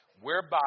whereby